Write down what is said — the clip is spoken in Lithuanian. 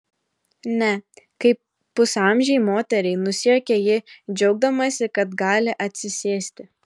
ne kaip pusamžei moteriai nusijuokia ji džiaugdamasi kad gali atsisėsti